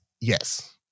Yes